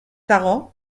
dago